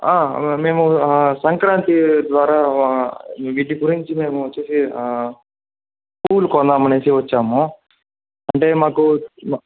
మేము సంక్రాంతి ద్వారా మీ మీది గురించి వచ్చేసేసి పూలు కొందామనేసి వచ్చాము అంటే మాకు